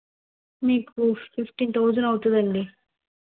మీకు fifteen thousand అవుతుందండి